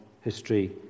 history